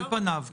על פניו כן.